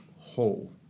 whole